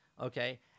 okay